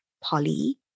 Polly